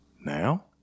now